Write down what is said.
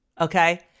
Okay